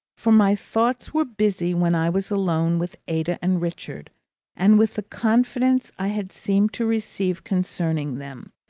for my thoughts were busy when i was alone, with ada and richard and with the confidence i had seemed to receive concerning them.